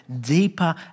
deeper